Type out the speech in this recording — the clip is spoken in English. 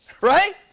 Right